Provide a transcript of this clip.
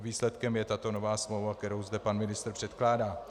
Výsledkem je tato nová smlouva, kterou zde pan ministr předkládá.